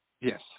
Yes